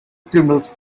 criminals